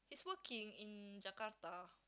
he's working in Jakarta